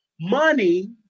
money